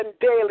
daily